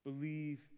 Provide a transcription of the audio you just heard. Believe